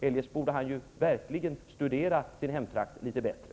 Eljest borde han verkligen studera sin hemtrakt litet bättre.